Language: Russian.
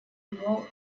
его